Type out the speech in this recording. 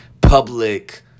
public